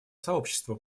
сообщества